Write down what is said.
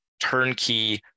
turnkey